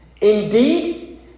Indeed